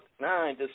nine